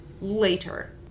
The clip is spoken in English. later